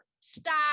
stop